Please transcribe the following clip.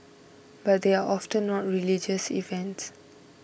but they are often not religious events